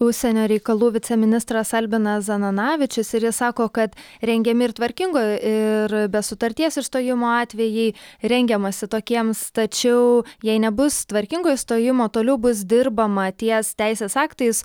užsienio reikalų viceministras albinas zananavičius ir jis sako kad rengiami ir tvarkingo ir be sutarties išstojimo atvejai rengiamasi tokiems tačiau jei nebus tvarkingo išstojimo toliau bus dirbama ties teisės aktais